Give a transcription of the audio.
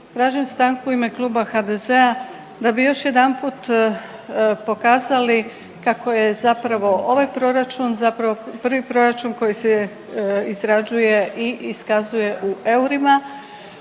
tražim u ime Kluba HDZ-a da bi još jedanput pokazali kako je zapravo ovaj proračun zapravo prvi proračun koji se izrađuje i iskazuje u eurima